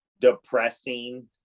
depressing